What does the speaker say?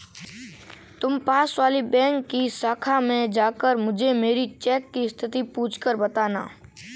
तुम पास वाली बैंक की शाखा में जाकर मुझे मेरी चेक की स्थिति पूछकर बताना